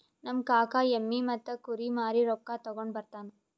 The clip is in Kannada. ನಮ್ ಕಾಕಾ ಎಮ್ಮಿ ಮತ್ತ ಕುರಿ ಮಾರಿ ರೊಕ್ಕಾ ತಗೊಂಡ್ ಬರ್ತಾನ್